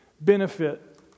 benefit